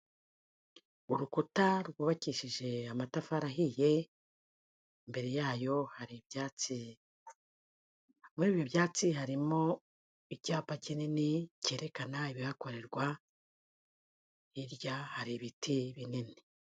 Urukuta rwubakishije amatafari ahiye, imbere yayo hari ibyatsi, muri ibyo byatsi harimo icyapa kinini cyerekana ibihakorerwa, hirya hari ibiti binini.